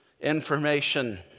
information